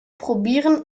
probieren